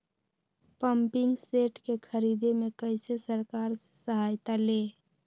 Pumping set के ख़रीदे मे कैसे सरकार से सहायता ले?